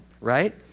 right